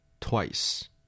Twice